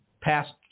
past